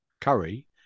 Curry